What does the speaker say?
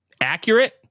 Accurate